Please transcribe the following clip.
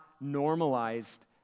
normalized